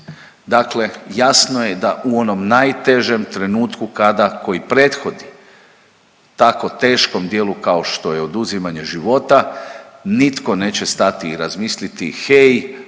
Dakle, jasno je da u onom najtežem trenutku kada, koji prethodi tako teškom djelu kao što je oduzimanje života nitko neće stati i razmisliti, hej